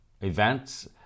events